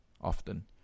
often